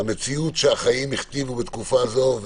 המציאות שהחיים הכתיבו בתקופה זו,